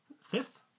Fifth